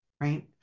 right